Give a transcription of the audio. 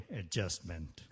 adjustment